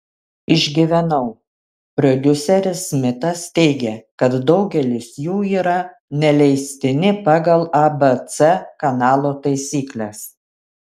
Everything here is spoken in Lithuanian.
išgyvenau prodiuseris smitas teigia kad daugelis jų yra neleistini pagal abc kanalo taisykles